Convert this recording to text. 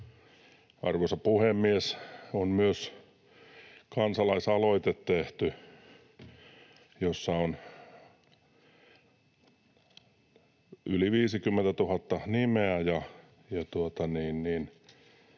Arvoisa puhemies! On myös kansalaisaloite tehty, jossa on yli 50 000 nimeä